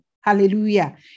Hallelujah